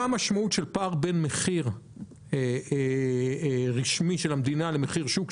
המשמעות של פער בין מחיר רשמי של המדינה למחיר שוק,